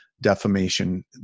defamation